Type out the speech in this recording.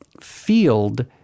field